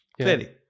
Clearly